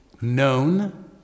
known